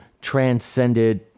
transcended